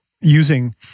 using